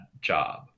job